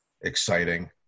exciting